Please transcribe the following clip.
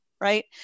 right